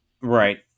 Right